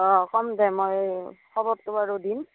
অঁ ক'ম দে মই খবৰটো বাৰু দিম